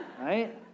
Right